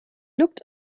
looked